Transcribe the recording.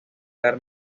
dar